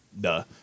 Duh